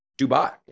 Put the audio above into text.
Dubai